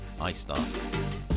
iStart